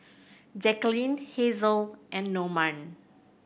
Jaqueline Hazelle and Norman